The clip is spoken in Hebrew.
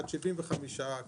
עד 75 קילומטר,